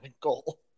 goal